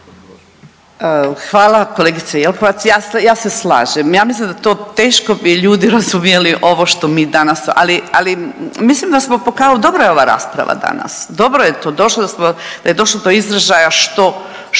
Hvala kolegice Jelkovac, ja se slažem. Ja mislim da to teško bi ljudi razumjeli ovo što mi danas. Ali mislim da smo kao dobra je ova rasprava danas. Dobro je to da je došlo do izražaja što